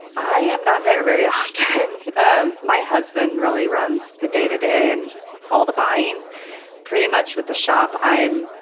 i am not there very often. and ah my husband really runs the day to day and all the buying pretty much with the shop. am,